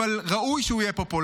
אבל ראוי שהוא יהיה פופולרי.